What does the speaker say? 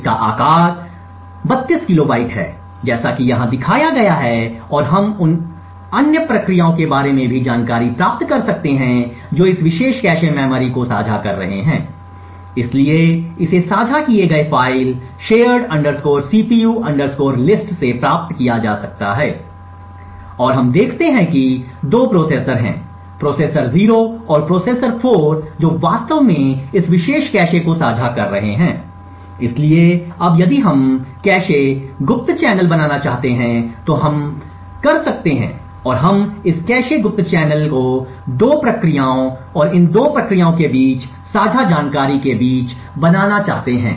इसका आकार 32 किलोबाइट है जैसा कि यहाँ देखा गया है और हम उन अन्य प्रक्रियाओं के बारे में भी जानकारी प्राप्त कर सकते हैं जो इस विशेष कैश मेमोरी को साझा कर रहे हैं इसलिए इसे साझा किए गए फ़ाइल shared cpu list से प्राप्त किया जा सकता है और हम देखते हैं कि 2 प्रोसेसर हैं प्रोसेसर 0 और प्रोसेसर 4 जो वास्तव में इस विशेष कैश को साझा कर रहे हैं इसलिए अब यदि हम कैश गुप्त चैनल बनाना चाहते हैं तो हम कर सकते हैं और हम इस कैश गुप्त चैनल को 2 प्रक्रियाओं और इन 2 प्रक्रियाओं के बीच साझा जानकारी के बीच बनाना चाहते हैं